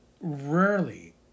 rarely